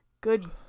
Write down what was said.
good